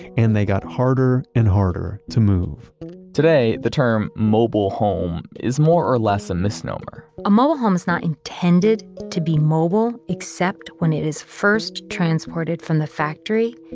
and they got harder and harder to move today, the term mobile home is more or less a misnomer a mobile home is not intended to be mobile, except when it is first transported from the factory,